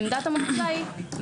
עמדת המועצה היא,